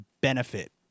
benefit